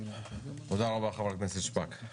תודה רבה ח"כ שפק.